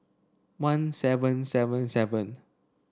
one seven seven seven